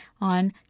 on